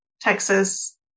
Texas